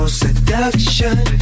seduction